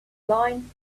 line